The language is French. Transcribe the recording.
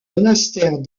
monastères